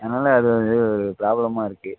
அதனால் அது வந்து ஒரு ப்ராப்ளமாக இருக்குது